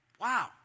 Wow